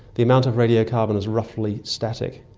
the amount of radiocarbon is roughly static,